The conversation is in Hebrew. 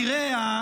תראה,